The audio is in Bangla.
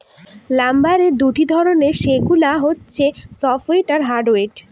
লাম্বারের দুই ধরনের, সেগুলা হচ্ছে সফ্টউড আর হার্ডউড